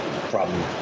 problem